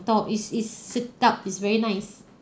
tau is is sedap it's very nice